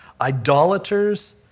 idolaters